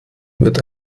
wird